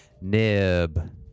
Nib